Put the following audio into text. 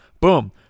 boom